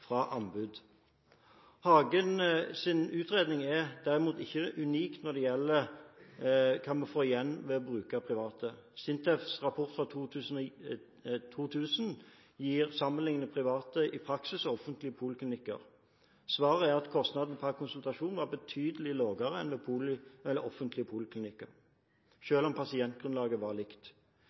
fra anbud. Hagens utredning er derimot ikke unik når det gjelder hva vi får igjen ved å bruke private. SINTEFs rapport fra 2000 sammenlikner privat praksis med offentlige poliklinikker – svaret er at kostnadene per konsultasjon var betydelig lavere enn ved offentlige poliklinikker, selv om pasientgrunnlaget var likt.